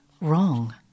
wrong